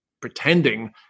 pretending